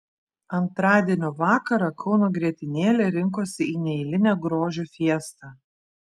antradienio vakarą kauno grietinėlė rinkosi į neeilinę grožio fiestą